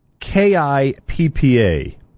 K-I-P-P-A